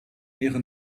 ihren